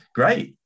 great